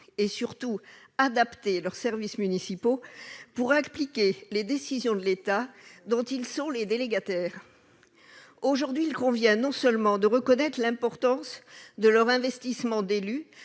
et, surtout, adapter leurs services municipaux pour appliquer les décisions de l'État dont ils sont les délégataires. Aujourd'hui, il convient non seulement de reconnaître l'importance de leur investissement d'élus